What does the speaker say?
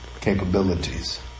capabilities